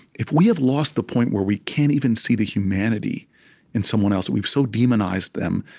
if we have lost the point, where we can't even see the humanity in someone else, we've so demonized them,